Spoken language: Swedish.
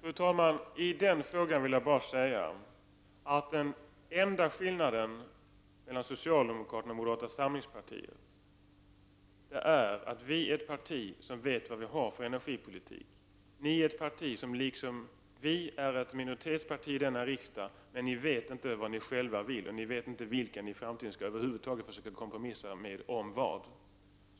Fru talman! Som svar på den frågan vill jag bara säga att den enda skillnaden mellan socialdemokraterna och moderata samlingspartiet är att vi är ett parti som vet vad vi har för energipolitik. Socialdemokraterna är, liksom moderaterna, ett minoritetsparti i denna riksdag, men de vet inte vad de själva vill och inte heller vilka de i framtiden över huvud taget skall försöka kompromissa med eller om vad.